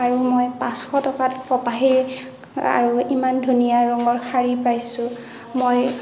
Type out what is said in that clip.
আৰু মই পাঁচশ টকাত কপাহী আৰু ইমান ধুনীয়া ৰঙৰ শাড়ী পাইছোঁ মই